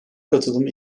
katılımı